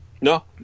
No